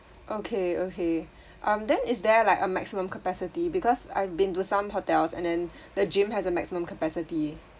okay okay um then is there like a maximum capacity because I've been to some hotels and then the gym has a maximum capacity